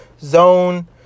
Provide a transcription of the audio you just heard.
zone